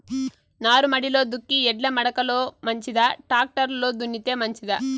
నారుమడిలో దుక్కి ఎడ్ల మడక లో మంచిదా, టాక్టర్ లో దున్నితే మంచిదా?